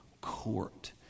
court